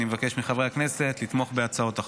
אני מבקש מחברי הכנסת לתמוך בהצעות החוק.